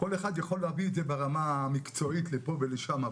כל אחד יכול להביא את זה ברמה המקצועית לפה ולשם,